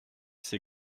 ses